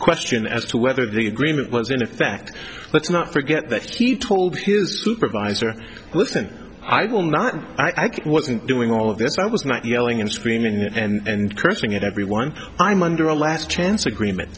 question as to whether the agreement was in effect let's not forget that he told his supervisor listen i will not act wasn't doing all of this i was not yelling and screaming and cursing at everyone i'm under a last chance agreement